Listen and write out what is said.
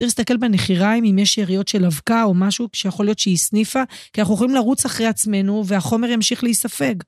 צריך להסתכל בנחיריים אם יש שאריות של אבקה או משהו שיכול להיות שהיא הסניפה, כי אנחנו יכולים לרוץ אחרי עצמנו והחומר ימשיך להיספג.